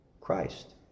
Christ